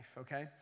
okay